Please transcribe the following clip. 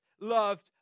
loved